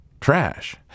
trash